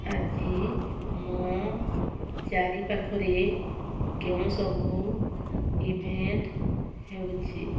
ଆଜି ମୋ ଚାରିପାଖରେ କେଉଁ ସବୁ ଇଭେଣ୍ଟ୍ ହେଉଛି